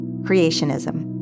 Creationism